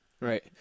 Right